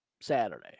Saturday